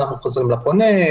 אנחנו חוזרים לפונה,